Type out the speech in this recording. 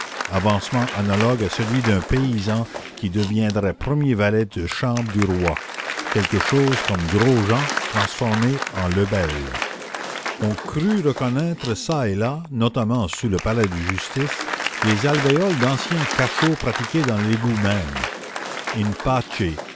avancement analogue à celui d'un paysan qui deviendrait premier valet de chambre du roi quelque chose comme gros-jean transformé en lebel on crut reconnaître çà et là notamment sous le palais de justice des alvéoles d'anciens cachots pratiqués dans l'égout même in pace